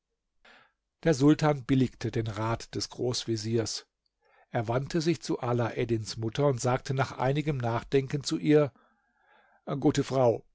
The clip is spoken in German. der sultan billigte den rat des großveziers er wandte sich zu alaeddins mutter und sagte nach einigem nachdenken zu ihr gute frau